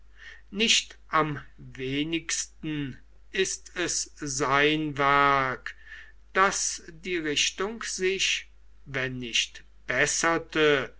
nicht am wenigsten ist es sein werk daß die richtung sich wenn nicht besserte